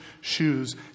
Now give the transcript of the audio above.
shoes